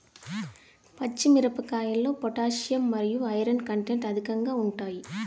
పచ్చి మిరపకాయల్లో పొటాషియం మరియు ఐరన్ కంటెంట్ అధికంగా ఉంటాయి